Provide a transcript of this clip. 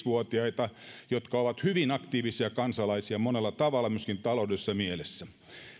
vuotiaita ja jotka ovat hyvin aktiivisia kansalaisia monella tavalla myöskin taloudellisessa mielessä